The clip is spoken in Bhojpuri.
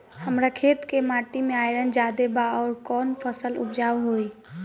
हमरा खेत के माटी मे आयरन जादे बा आउर कौन फसल उपजाऊ होइ?